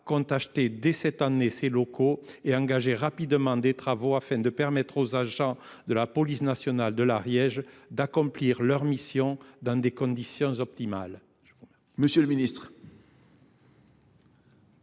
compte acheter dès cette année ces locaux et engager rapidement des travaux, afin de permettre aux agents de la police nationale de l’Ariège d’accomplir leurs missions dans des conditions optimales.